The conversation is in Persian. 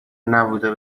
نبوده